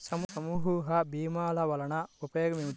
సమూహ భీమాల వలన ఉపయోగం ఏమిటీ?